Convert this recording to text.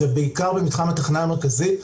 ובעיקר במתחם התחנה המרכזית,